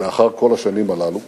לאחר כל השנים הללו,